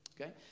okay